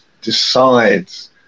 decides